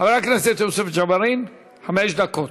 חבר הכנסת יוסף ג'בארין, חמש דקות.